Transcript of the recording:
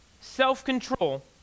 self-control